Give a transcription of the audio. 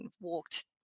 walked